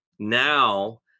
Now